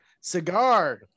Cigar